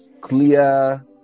clear